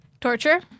torture